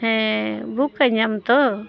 ᱦᱮᱸ ᱵᱩᱠ ᱟᱹᱧᱟᱢ ᱛᱚ